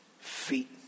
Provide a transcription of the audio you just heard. feet